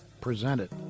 presented